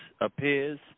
appears